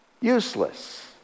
useless